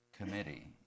committee